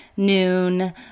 Noon